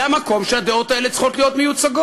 זה המקום שבו הדעות האלה צריכות להיות מיוצגות.